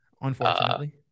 Unfortunately